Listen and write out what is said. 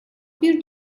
bir